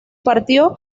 partió